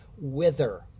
wither